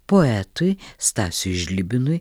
poetui stasiui žlibinui